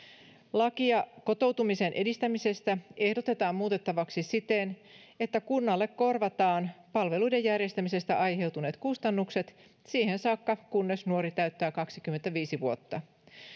lakia kotoutumisen edistämisestä ehdotetaan muutettavaksi siten että kunnalle korvataan palveluiden järjestämisestä aiheutuneet kustannukset siihen saakka kunnes nuori täyttää kaksikymmentäviisi vuotta